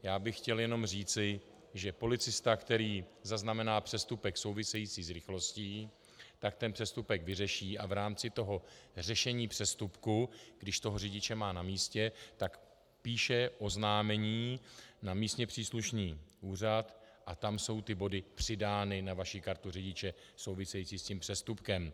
Já bych chtěl jenom říci, že policista, který zaznamená přestupek související s rychlostí, ten přestupek vyřeší a v rámci řešení přestupku, když toho řidiče má na místě, tak píše oznámení na místně příslušný úřad a tam jsou ty body přidány na vaši kartu řidiče, související s tím přestupkem.